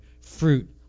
fruit